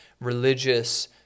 religious